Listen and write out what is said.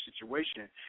situation